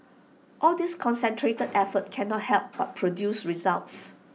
all this concentrated effort cannot help but produce results